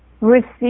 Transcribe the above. receive